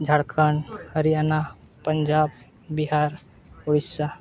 Jharkhand Haryana Punjab Bihar Odisha